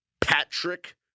Patrick